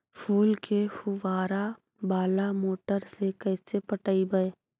फूल के फुवारा बाला मोटर से कैसे पटइबै?